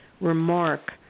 remark